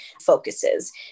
focuses